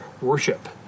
worship